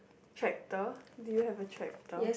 tractor do you have a tractor